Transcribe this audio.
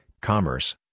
commerce